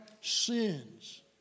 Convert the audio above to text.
sins